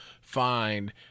find